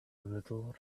little